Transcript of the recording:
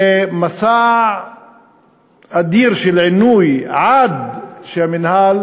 זה מסע אדיר של עינוי עד שהמינהל